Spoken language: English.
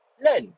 learn